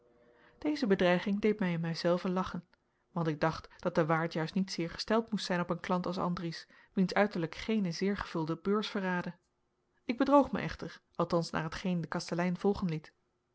deze bedreiging deed mij in mij zelven lachen want ik dacht dat de waard juist niet zeer gesteld moest zijn op een klant als andries wiens uiterlijk geene zeer gevulde beurs verraadde ik bedroog mij echter althans naar hetgeen de kastelein volgen liet